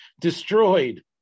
destroyed